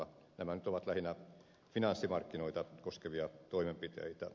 nämä nyt ovat lähinnä finanssimarkkinoita koskevia toimenpiteitä